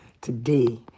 today